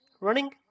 running